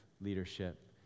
leadership